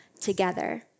together